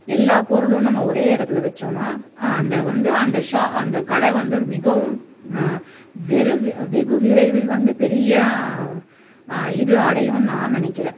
எல்லா பொருளும் நம்ம ஒரே இடத்துல வெச்சோம்ன்னா அந்த வந்து அந்த ஷா அந்த கடை வந்து ஒரு மிகவும் வெரு வெகு விரைவில் வந்து பெரிய இது அடையும்ன்னு நான் நினைக்கிறேன்